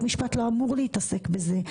בית משפט לא אמור להתעסק בזה.